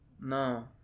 No